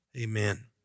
Amen